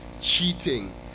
cheating